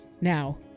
Now